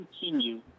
continue